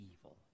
evil